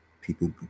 people